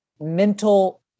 mental